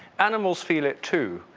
animals feel it too.